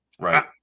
Right